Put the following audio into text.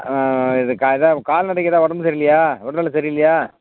ஆ இது கா எதாது கால்நடைக்கு ஏதாவது உடம்பு சரியில்லையா உடல்நில சரியில்லையா